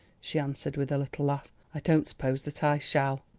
she answered with a little laugh. i don't suppose that i shall.